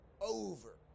over